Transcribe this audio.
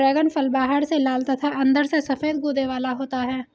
dragon फल बाहर से लाल तथा अंदर से सफेद गूदे वाला होता है